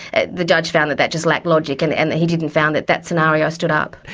ah the judge found that that just lacked logic and and that he didn't, found that that scenario stood up.